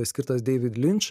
skirtas deivid linč